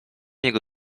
jego